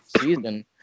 season